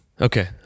Okay